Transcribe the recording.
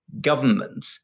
government